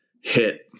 hit